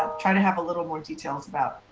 ah try to have a little more details about,